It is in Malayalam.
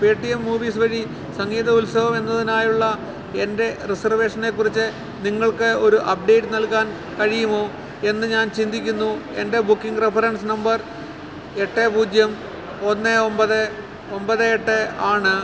പേടിഎം മൂവീസ് വഴി സംഗീത ഉത്സവം എന്നതിനായുള്ള എൻ്റെ റിസർവേഷനെ കുറിച്ച് നിങ്ങൾക്ക് ഒരു അപ്ഡേറ്റ് നൽകാൻ കഴിയുമോ എന്ന് ഞാൻ ചിന്തിക്കുന്നു എൻ്റെ ബുക്കിംഗ് റഫറൻസ് നമ്പർ എട്ട് പൂജ്യം ഒന്ന് ഒമ്പത് ഒമ്പത് എട്ട് ആണ്